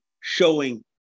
showing